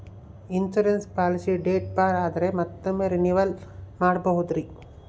Insurance policy date ಬಾರ್ ಆದರೆ ಮತ್ತೊಮ್ಮೆ ರಿನಿವಲ್ ಮಾಡಬಹುದ್ರಿ?